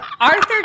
Arthur